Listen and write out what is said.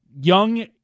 young